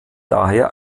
daher